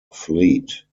fleet